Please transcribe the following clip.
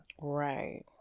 right